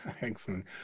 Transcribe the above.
Excellent